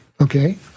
Okay